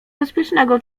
bezpiecznego